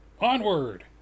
Onward